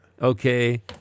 Okay